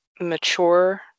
mature